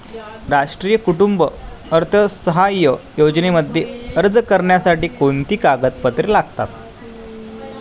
राष्ट्रीय कुटुंब अर्थसहाय्य योजनेमध्ये अर्ज करण्यासाठी कोणती कागदपत्रे लागतात?